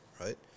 right